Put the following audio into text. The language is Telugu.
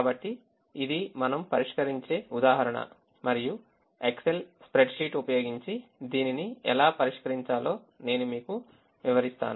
కాబట్టి ఇది మనం పరిష్కరించే ఉదాహరణ మరియు ఎక్సెల్ స్ప్రెడ్షీట్ ఉపయోగించి దీనిని ఎలా పరిష్కరించాలో నేను మీకు వివరిస్తాను